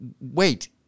wait